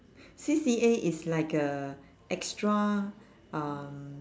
C_C_A is like a extra um